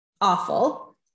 awful